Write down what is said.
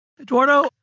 Eduardo